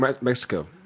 Mexico